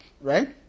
right